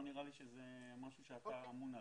לא נראה לי שזה משהו שאתה אמון עליו.